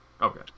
Okay